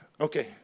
Okay